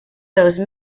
those